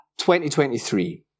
2023